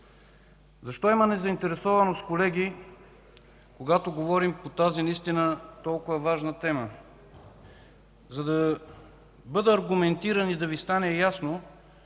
Защо има незаинтересованост, колеги, когато говорим по тази наистина толкова важна тема? За да бъда аргументиран и да Ви стане ясно,